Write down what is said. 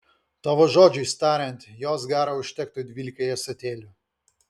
tavo žodžiais tariant jos garo užtektų dvylikai ąsotėlių